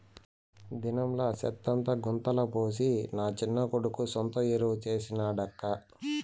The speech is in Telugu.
దినంలా సెత్తంతా గుంతల పోసి నా చిన్న కొడుకు సొంత ఎరువు చేసి నాడక్కా